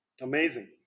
Amazing